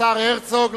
השר הרצוג,